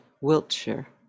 Wiltshire